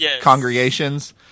congregations